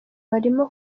barimo